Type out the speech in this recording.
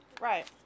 right